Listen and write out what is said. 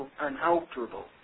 unalterable